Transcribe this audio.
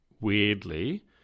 weirdly